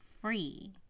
free